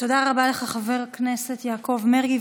תודה רבה לך, חבר הכנסת יעקב מרגי.